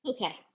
Okay